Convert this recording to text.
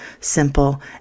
simple